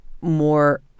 more